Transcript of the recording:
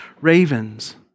ravens